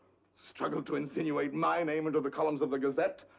struggle to insinuate my name into the columns of the gazette?